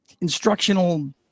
instructional